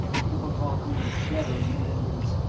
people called him devil menendez.